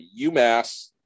UMass